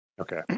Okay